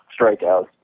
strikeouts